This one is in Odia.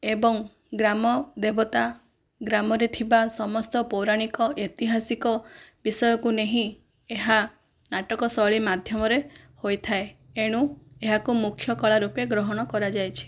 ଏବଂ ଗ୍ରାମ ଦେବତା ଗ୍ରାମରେ ଥିବା ସମସ୍ତ ପୌରାଣିକ ଐତିହାସିକ ବିଷୟକୁ ନେଇ ଏହା ନାଟକ ଶୈଳୀ ମାଧ୍ୟମରେ ହୋଇଥାଏ ଏଣୁ ଏହାକୁ ମୁଖ୍ୟ କଳା ରୂପେ ଗ୍ରହଣ କରାଯାଇଛି